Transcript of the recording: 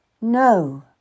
No